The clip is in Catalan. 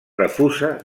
refusa